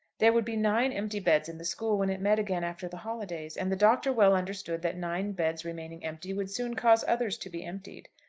there would be nine empty beds in the school when it met again after the holidays and the doctor well understood that nine beds remaining empty would soon cause others to be emptied.